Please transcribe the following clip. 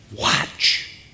Watch